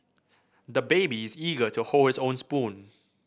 the baby is eager to hold his own spoon